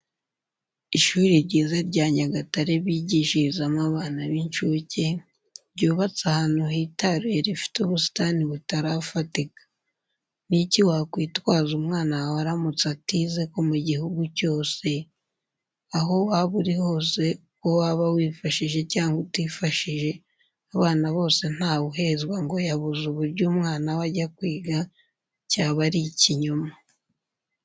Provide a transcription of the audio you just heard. Ishuri ryiza rya Nyagatare bigishirizamo abana b'incuke, ryubatse ahantu hitaruye rifite ubusitani butarafatika. Ni iki wakwitwaza umwana wawe aramutse atize ko mu gihugu cyose? Aho waba uri hose uko waba wifashije cyangwa utifashije abana bose ntawuhezwa ngo yabuze uburyo umwana we ajya kwiga, cyaba ari ikinyoma.